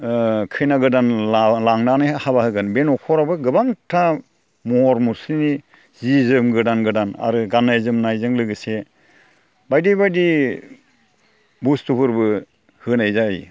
खैना गोदान लांनानै हाबा होगोन बे न'खरावबो गोबांथा महर मुस्रिनि जि जोम गोदान गोदान आरो गाननाय जोमनायजों लोगोसे बायदि बायदि बुस्थुफोरबो होनाय जायो